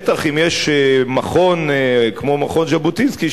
בטח אם יש מכון כמו מכון ז'בוטינסקי,